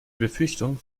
befürchtung